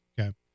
Okay